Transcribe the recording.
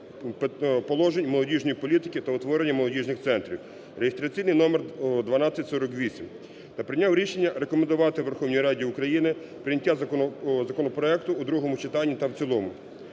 положень молодіжної політики та утворення молодіжних центрів) (реєстраційний номер 1248) та прийняв рішення рекомендувати Верховній Раді України прийняття законопроекту в другому читанні та в цілому.